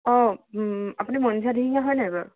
অঁ আপুনি মনিষা দিহিঙ্গীয়া হয় নাই বাৰু